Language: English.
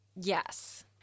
Yes